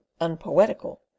unpoetical